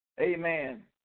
Amen